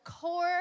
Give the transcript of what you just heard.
core